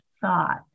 thought